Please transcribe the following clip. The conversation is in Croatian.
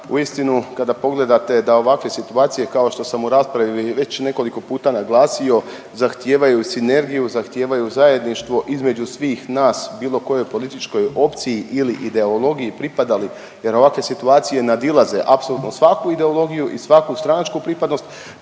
Uistinu kada pogledate da ovakve situacije kao što sam u raspravi već nekoliko puta naglasio, zahtijevaju sinergiju, zahtijevaju zajedništvo između svih nas bilo kojoj političkoj opciji ili ideologiji pripadali jer ovakve situacije nadilaze apsolutno svaku ideologiju i svaku stranačku pripadnost